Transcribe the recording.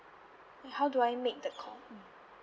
how do I make the call